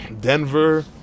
Denver